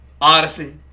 Odyssey